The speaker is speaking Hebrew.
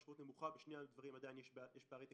בשכיחות נמוכה בשני הדברים עדיין יש פערי תקציבים,